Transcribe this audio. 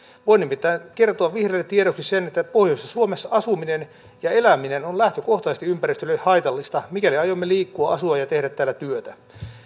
voin nimittäin kertoa vihreille tiedoksi sen että pohjoisessa suomessa asuminen ja eläminen on lähtökohtaisesti ympäristölle haitallista mikäli aiomme liikkua asua ja tehdä täällä työtä